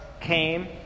came